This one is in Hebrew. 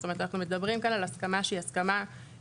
זאת אומרת, אנחנו מדברים כאן על הסכמה אזרחית.